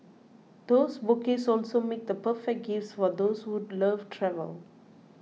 those bouquets also make the perfect gifts for those who love travel